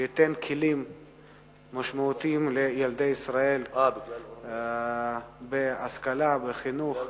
שייתן כלים משמעותיים לילדי ישראל בהשכלה וחינוך,